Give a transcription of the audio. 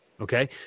Okay